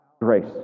grace